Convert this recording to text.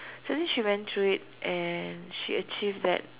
so then she went through it and she achieved that